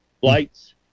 Flights